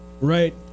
Right